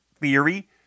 theory